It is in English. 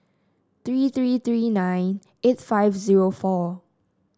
three three three nine eight five zero four